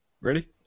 Ready